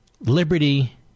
Liberty